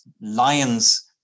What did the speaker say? lions